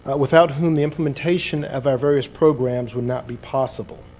without whom the implementation of our various programs would not be possible.